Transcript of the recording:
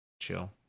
Chill